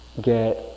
get